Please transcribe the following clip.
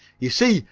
you see,